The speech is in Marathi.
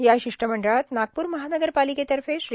या शिष्टमंडळात नागपूर महानगरपालिकेतर्फे श्री